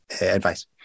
advice